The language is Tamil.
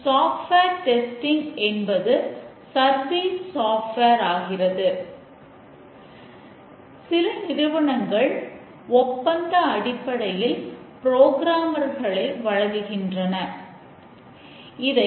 தற்போது பிழைகளைப் பற்றிய சில உண்மைகளைப் பார்ப்போம்